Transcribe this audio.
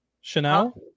Chanel